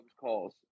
calls